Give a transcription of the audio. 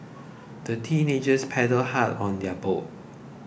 the teenagers paddled hard on their boat